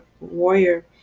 warrior